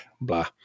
Blah